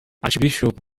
archbishop